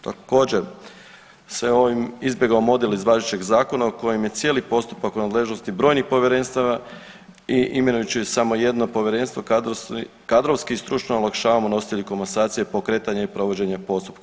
Također se ovim izbjeglo model iz važećeg zakona u kojem je cijeli postupak nadležnosti brojnih povjerenstava i imenujući samo jedno povjerenstvo kadrovski i stručno olakšavamo nositelju komasacije pokretanje i provođenje postupka komasacije.